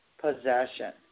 possession